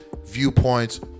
viewpoints